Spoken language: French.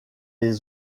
des